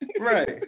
Right